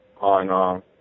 on